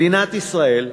מדינת ישראל,